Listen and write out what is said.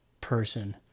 person